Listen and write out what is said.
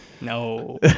No